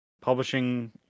publishing